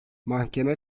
mahkeme